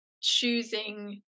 choosing